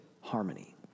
harmony